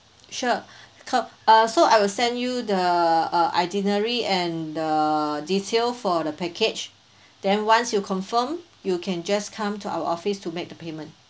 sure sure uh so I will send you the uh itinerary and the detail for the package then once you confirm you can just come to our office to make the payment